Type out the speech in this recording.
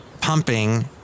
pumping